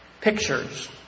pictures